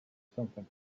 something